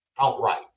outright